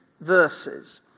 verse's